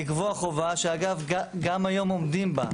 לקבוע חובה שאגב גם היום עומדים בה.